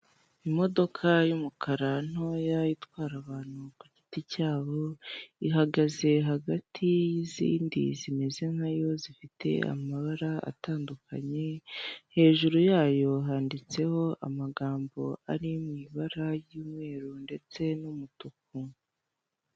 Imodoka y'umukara ntoya itwara abantu kugiti cyabo ihagaze hagati yizindi zimeze nkayo zifite amabara atandukanye, hejuru yayo handitseho amagambo ari mwibara ry'umweru ndetse n'umutuku.